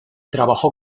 trabajó